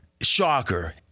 shocker